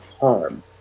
harm